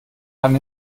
kann